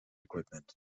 equipment